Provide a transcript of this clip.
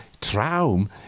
Traum